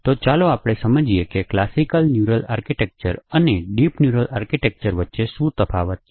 તો ચાલો આપણે સમજીએ કે ક્લાસિકલ ન્યુરલ આર્કિટેક્ચર અને ડીપ ન્યુરલ આર્કિટેક્ચર વચ્ચે શું તફાવત છે